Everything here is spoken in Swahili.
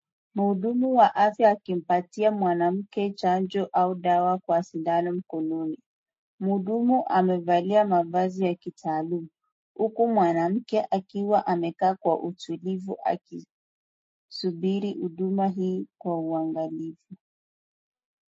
Muhudumu Wa afya akimpatia mwanamke chanjo au dawa Kwa sindano mkononi, muhudumu amevalia mavazi ya kitaalamu, huku mwanamke akiwa amekaa kwa utulivu akisubiri huduma hii Kwa uangalifu.